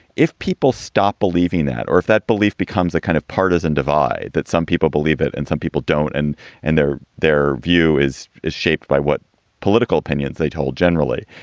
if people stop believing that or if that belief becomes a kind of partisan divide, that some people believe it and some people don't. and and their their view is is shaped by what political opinions they told generally.